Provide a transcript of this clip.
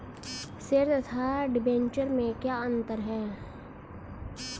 Share तथा debenture में क्या अंतर है?